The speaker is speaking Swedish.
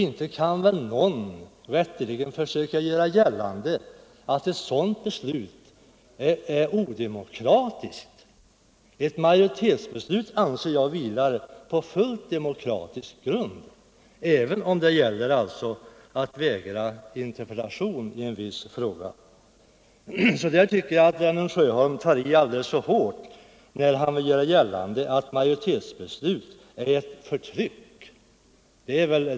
Inte kan väl någon rätteligen göra gällande att ett sådant beslut är odemokratiskt. Ett majoritetsbeslut anser jag vilar på fullt demokratisk grund, även om det gäller att vägra interpellation i en viss fråga. Jag tycker att herr Sjöholm tar i alldeles för hårt när han vill göra gällande att majoritetsbeslut är förtryck.